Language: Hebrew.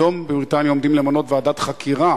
היום בבריטניה עומדים למנות ועדת חקירה